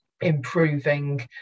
improving